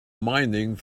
mining